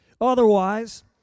Otherwise